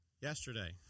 yesterday